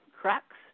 cracks